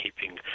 keeping